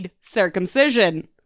circumcision